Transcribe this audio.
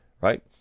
right